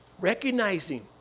recognizing